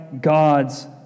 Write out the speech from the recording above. God's